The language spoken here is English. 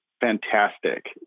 fantastic